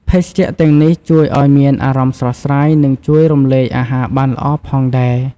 ភេសជ្ជៈទាំងនេះជួយឱ្យមានអារម្មណ៍ស្រស់ស្រាយ និងជួយរំលាយអាហារបានល្អផងដែរ ។